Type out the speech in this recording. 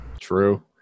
True